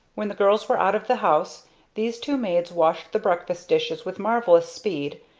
when the girls were out of the house these two maids washed the breakfast dishes with marvelous speed,